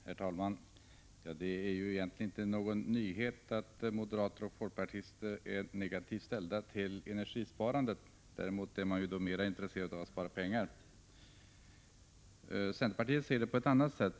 Herr talman! Det är ju egentligen inte någon nyhet att moderater och folkpartister är negativt inställda till energisparande. Däremot är de intresserade av att spara pengar. Centerpartiet ser det på ett annat sätt.